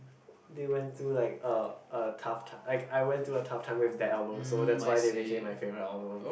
they went through like a a tough ti~ like I went through a tough time with their album so that's why they became my favourite album